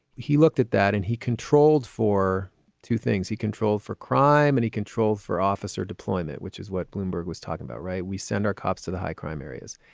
he looked at that and he controlled for two things. he controlled for crime and he controlled for officer deployment, which is what bloomberg was talking about. right. we send our cops to the high crime areas.